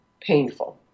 painful